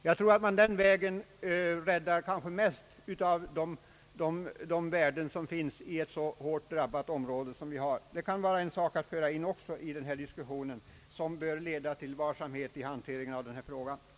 På det sättet räddar man kanske bäst de värden som finns i ett så hårt drabbat område som vårt. Detta exempel kan vara värt att också föra in i diskussionen för att visa behovet av varsamhet vid handläggningen av kommunsammanslagningsfrågan.